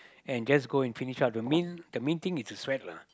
and just go and finish up the main the main thing is to sweat lah